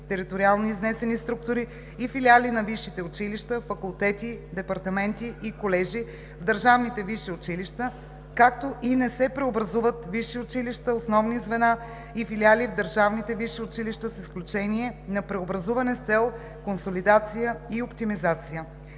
териториално изнесени структури и филиали на висшите училища, факултети, департаменти и колежи в държавните висши училища, както и не се преобразуват висши училища, основни звена и филиали в държавните висши училища с изключение на преобразуване с цел консолидация и оптимизация.“